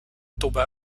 tomba